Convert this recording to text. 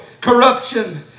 Corruption